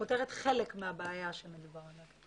שפותרת חלק מהבעיה עליה מדובר.